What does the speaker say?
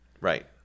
Right